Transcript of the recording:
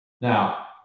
Now